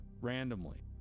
randomly